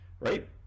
right